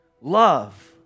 Love